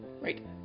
Right